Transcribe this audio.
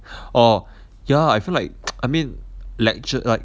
orh ya I feel like I mean lecture like